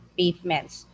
pavements